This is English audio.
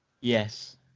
Yes